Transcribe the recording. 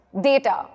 Data